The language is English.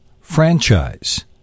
franchise